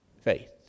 faith